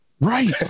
Right